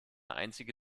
einzige